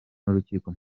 n’urukiko